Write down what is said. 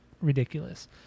ridiculous